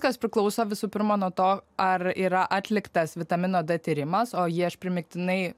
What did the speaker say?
kas priklauso visų pirma nuo to ar yra atliktas vitamino d tyrimas o jį aš primygtinai